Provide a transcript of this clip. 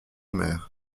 mer